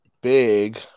big